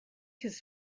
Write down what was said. his